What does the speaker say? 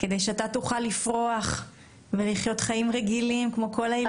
כדי שאתה תוכל לפרוח ולחיות חיים רגילים כמו כל הילדים.